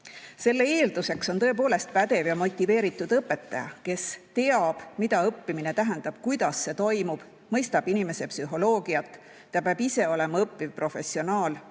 Selle eelduseks on tõepoolest pädev ja motiveeritud õpetaja, kes teab, mida õppimine tähendab, kuidas see toimub, mõistab inimese psühholoogiat. Ta peab ise olema õppiv professionaal,